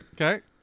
Okay